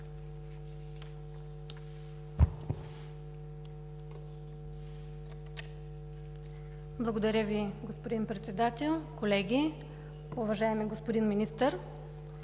Благодаря Ви, господин Председател. Колеги! Уважаеми господин Министър,